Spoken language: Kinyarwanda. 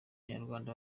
abanyarwanda